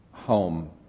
Home